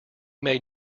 made